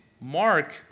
Mark